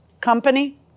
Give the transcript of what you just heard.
company